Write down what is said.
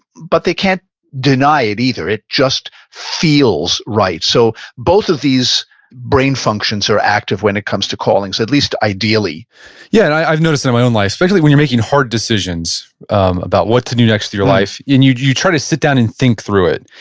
but they can't deny it either. it just feels right. so both of these brain functions are active when it comes to calling, so at least ideally yeah, and i've noticed in my own life, especially when you're making hard decisions about what to do next with your life, and you you try to sit down and think through it.